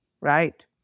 right